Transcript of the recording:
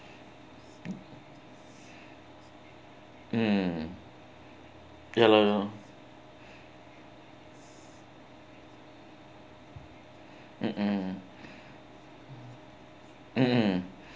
mm ya lor mmhmm mmhmm